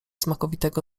smakowitego